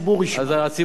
הציבור ישמע.